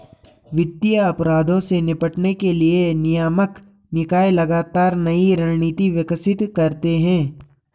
वित्तीय अपराधों से निपटने के लिए नियामक निकाय लगातार नई रणनीति विकसित करते हैं